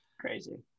Crazy